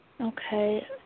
Okay